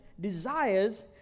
desires